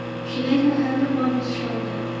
she laid her hand upon his shoulder,